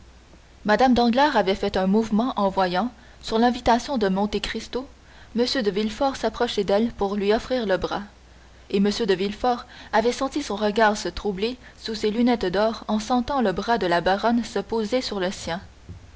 mme danglars avait fait un mouvement en voyant sur l'invitation de monte cristo m de villefort s'approcher d'elle pour lui offrir le bras et m de villefort avait senti son regard se troubler sous ses lunettes d'or en sentant le bras de la baronne se poser sur le sien